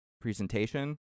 presentation